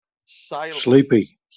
Sleepy